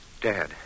Dad